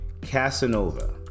Casanova